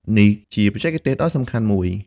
នេះជាបច្ចេកទេសដ៏សំខាន់មួយ។